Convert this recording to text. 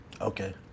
Okay